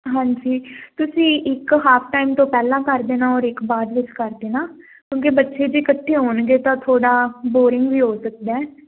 ਹਾਂਜੀ ਤੁਸੀਂ ਇੱਕ ਹਾਫ ਟਾਈਮ ਤੋਂ ਪਹਿਲਾਂ ਕਰ ਦੇਣਾ ਔਰ ਇੱਕ ਬਾਅਦ ਵਿੱਚ ਕਰ ਦੇਣਾ ਕਿਉਂਕਿ ਬੱਚੇ ਜੇ ਇਕੱਠੇ ਆਉਣਗੇ ਤਾਂ ਥੋੜਾ ਬੋਰਿੰਗ ਵੀ ਹੋ ਸਕਦਾ